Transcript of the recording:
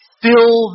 fill